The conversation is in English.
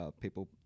people